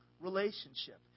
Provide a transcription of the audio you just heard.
relationship